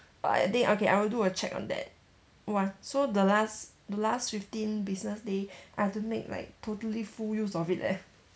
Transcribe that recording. but I think okay I will do a check on that !wah! so the last the last fifteen business day I have to make like totally full use of it leh